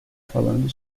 falando